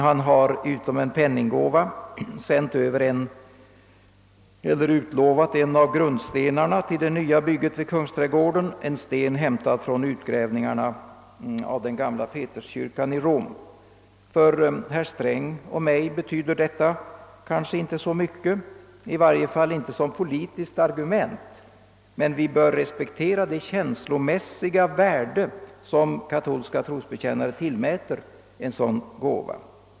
Han har utom en penninggåva utlovat en av grundstenarna till det nya bygget vid Kungsträdgården, en sten hämtad från utgrävningen av den gamla Peterskyrkan i Rom. För herr Sträng och mig betyder detta kanske inte så mycket, i varje fall inte som politiskt argument, men vi bör respektera det känslomässiga värde som katolska trosbekännare tillmäter en sådan gåva.